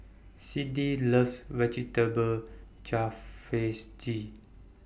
Siddie loves Vegetable